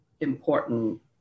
important